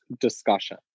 discussion